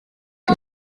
die